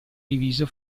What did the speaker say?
diviso